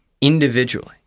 individually